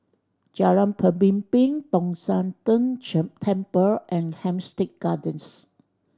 Jalan Pemimpin Tong Sian Tng Chen Temple and Hampstead Gardens